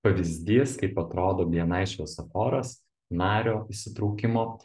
pavyzdys kaip atrodo bni šviesoforas nario įsitraukimo